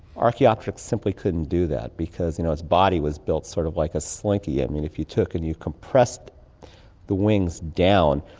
archaeopteryx simply couldn't do that because you know its body was built sort of like a slinky. and if you took and you compressed the wings down,